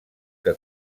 que